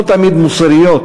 לא תמיד מוסריות,